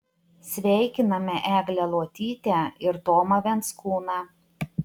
sveikiname eglę luotytę ir tomą venskūną